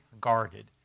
guarded